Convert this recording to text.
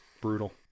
Brutal